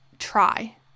try